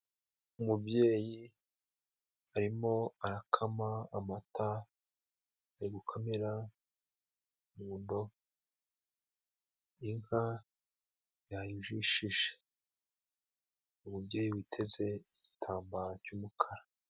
Umubyeyi arimo arakama amata, ari gukamira mu ndobo, inka yayijishije ,umubyeyi witeze igitambaro cy'umukara.